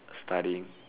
studying